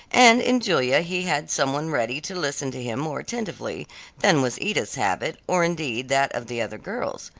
and in julia he had some one ready to listen to him more attentively than was edith's habit, or indeed that of the other girls.